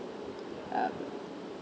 um